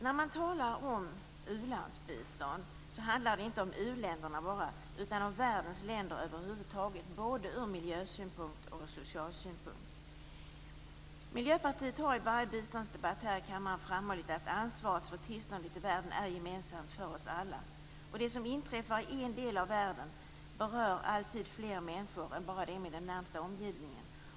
När man talar om u-landsbistånd handlar det inte bara om u-länderna utan om världens länder över huvud taget både ur miljösynpunkt och ur social synpunkt. Miljöpartiet har i varje biståndsdebatt här i kammaren framhållit att ansvaret för tillståndet i världen är gemensamt för oss alla. Det som inträffar i en del av världen berör alltid fler människor än bara dem i den närmaste omgivningen.